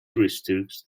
restricts